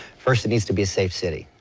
first it needs to be a safe city,